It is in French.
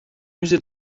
musées